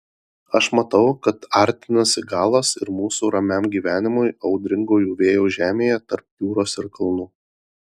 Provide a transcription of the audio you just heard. aš matau kad artinasi galas ir mūsų ramiam gyvenimui audringųjų vėjų žemėje tarp jūros ir kalnų